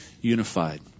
unified